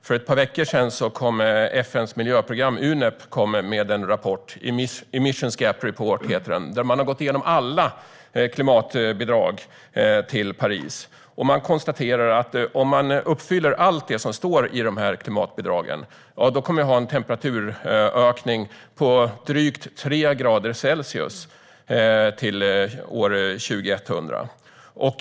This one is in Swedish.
För ett par veckor sedan lade FN:s miljöprogram Unep fram en rapport, Emissions Gap Report, där Unep har gått igenom alla klimatbidrag till Paris. I rapporten konstateras att om man uppfyller allt det som står med i klimatbidragen kommer temperaturökningen att bli drygt 3 grader Celsius till år 2100.